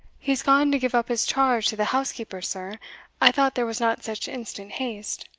he is gone to give up his charge to the housekeeper, sir i thought there was not such instant haste.